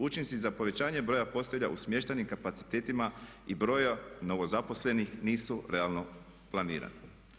Učinci za povećanje broja postelja u smještajnim kapacitetima i broja novozaposlenih nisu realno planirana.